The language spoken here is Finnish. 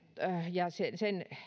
ja sen sen